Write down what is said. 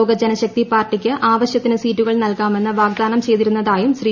ലോക ജനശക്തി പാർട്ടിക്ക് ആവശ്യത്തിന് സീറ്റുകൾ നൽകാമെന്ന് വാഗ്ദാനം ചെയ്തിരുന്നതായും ശ്രീ